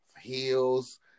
heels